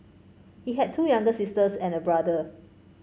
he had two younger sisters and a brother